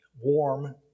warm